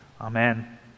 Amen